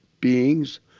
beings